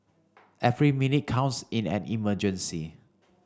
every minute counts in an emergency